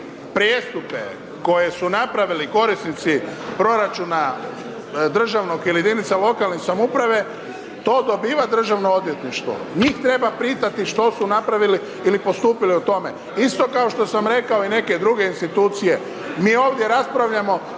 prijestupe koje su napravili korisnici proračuna državnog ili jedinica lokalne samouprave, to dobiva Državno odvjetništvo, njih treba pitati što su napravili postupili o tome. Isto kao što sam rekao i neke druge institucije. Mi ovdje raspravljamo